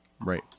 right